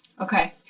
okay